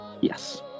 Yes